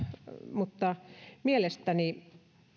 mutta mielestäni